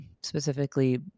specifically